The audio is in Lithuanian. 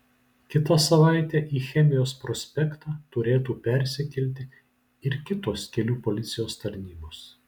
kitą savaitę į chemijos prospektą turėtų persikelti ir kitos kelių policijos tarnybos